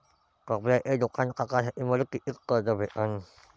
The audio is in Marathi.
कपड्याचं दुकान टाकासाठी मले कितीक कर्ज भेटन?